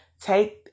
take